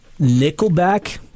Nickelback